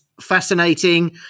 fascinating